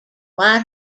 white